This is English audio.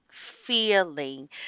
feeling